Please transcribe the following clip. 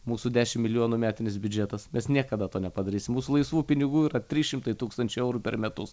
mūsų dešimt milijonų metinis biudžetas mes niekada to nepadarysim mūsų laisvų pinigų yra trys šimtai tūkstančių eurų per metus